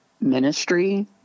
ministry